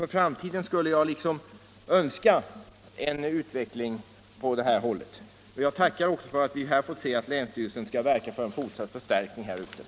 För framtiden skulle jag önska en utveckling åt det hållet, och jag tackar också för att vi här fått veta att länsstyrelsen skall verka för en fortsatt förstärkning i området.